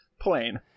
plain